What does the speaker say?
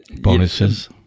Bonuses